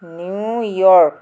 New York